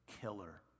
killer